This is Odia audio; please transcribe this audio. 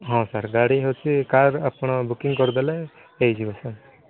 ହଁ ସାର୍ ଗାଡ଼ି ଅଛି କାର୍ ଆପଣ ବୁକିଂ କରିଦେଲେ ହେଇଯିବ ସାର୍